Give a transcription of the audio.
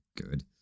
Good